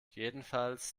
jedenfalls